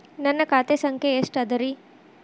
ನನ್ನ ಖಾತೆ ಸಂಖ್ಯೆ ಎಷ್ಟ ಅದರಿ?